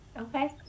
Okay